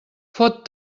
fot